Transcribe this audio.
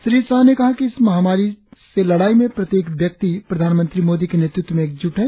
श्री शाह ने कहा कि इस महामारी से लड़ाई में प्रत्येक व्यक्ति प्रधानमंत्री मोदी के नेतृत्व में एकज्ट है